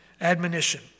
admonition